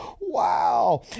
Wow